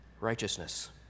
righteousness